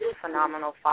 phenomenal